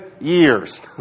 years